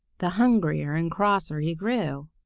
the hungrier and crosser he grew.